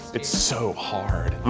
it's so hard.